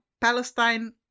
palestine